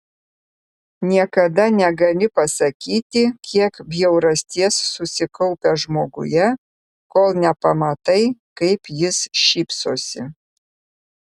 niekada negali pasakyti kiek bjaurasties susikaupę žmoguje kol nepamatai kaip jis šypsosi